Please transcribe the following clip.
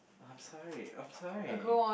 I'm sorry I'm sorry